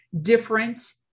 different